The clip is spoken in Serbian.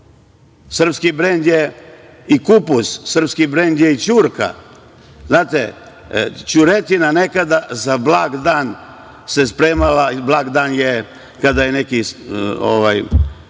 Srpski brend je i kupus, srpski brend je i ćurka. Znate, ćuretina se nekada za blag dan spremala, blag dan je kada je neki